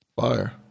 fire